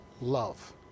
love